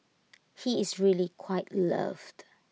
he is really quite loved